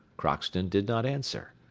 crockston did not answer.